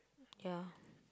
ya